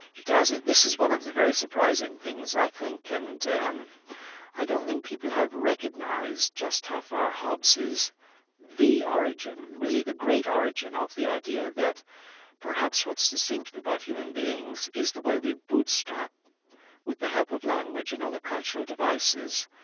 it does. this is one of the very surprising things i think, and um i don't think people have recognised just how far hobbes is the origin, really the great origin ah of the idea that perhaps what's distinctive about human beings is the way we bootstrap with the help of language and other cultural devices,